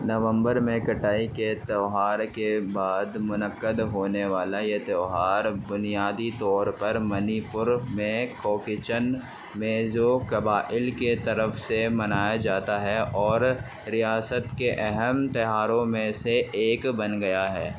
نومبر میں کٹائی کے تیوہار کے بعد منعقد ہونے والا یہ تیوہار بنیادی طور پر منی پور میں کوکی چن میزو قبائل کے طرف سے منایا جاتا ہے اور ریاست کے اہم تیوہاروں میں سے ایک بن گیا ہے